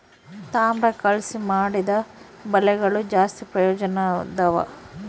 ತಾಮ್ರ ಕಲಿಸಿ ಮಾಡಿದ ಬಲೆಗಳು ಜಾಸ್ತಿ ಪ್ರಯೋಜನದವ